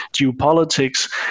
geopolitics